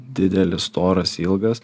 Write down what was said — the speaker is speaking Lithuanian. didelis storas ilgas